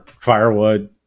Firewood